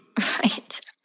Right